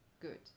good